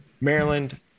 Maryland